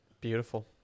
Beautiful